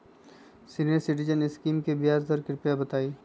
senior citizen scheme के ब्याज दर कृपया बताईं